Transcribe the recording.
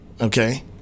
okay